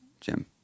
Jim